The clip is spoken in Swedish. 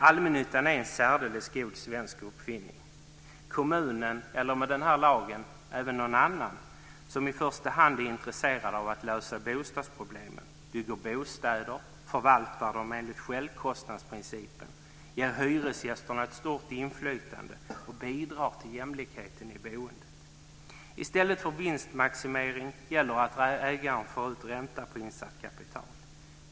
Allmännyttan är en särdeles god svensk uppfinning. Kommunen eller med denna lag även någon annan som i första hand är intresserad av att lösa bostadsproblemen bygger bostäder, förvaltar dem enligt självkostnadsprincipen, ger hyresgästerna ett stort inflytande och bidrar till jämlikheten i boendet. I stället för vinstmaximering gäller att ägaren får ut ränta på insatt kapital.